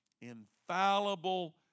infallible